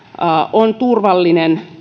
on turvallinen